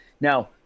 Now –